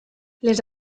les